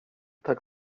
tak